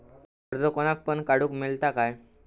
कर्ज कोणाक पण काडूक मेलता काय?